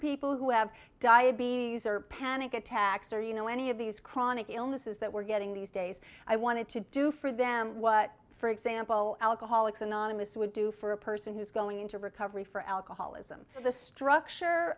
people who have diabetes or panic attacks or you know any of these chronic illnesses that we're getting these days i wanted to do for them what for example alcoholics anonymous would do for a person who's going into recovery for alcoholism the structure